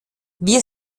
wir